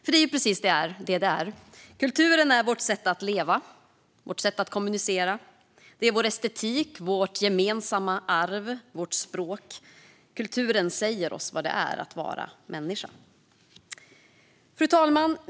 För det är precis vad det är; kulturen är vårt sätt att leva, vårt sätt att kommunicera, vår estetik, vårt gemensamma arv och vårt språk. Kulturen säger oss vad det är att vara människa. Fru talman!